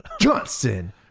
Johnson